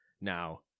Now